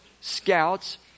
scouts